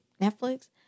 Netflix